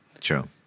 True